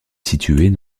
située